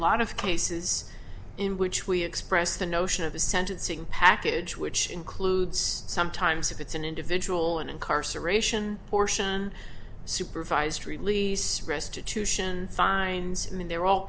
lot of cases in which we express the notion of the sentencing package which includes sometimes if it's an individual and incarceration portion supervised release restitution fines i mean they're all